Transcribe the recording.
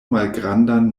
malgrandan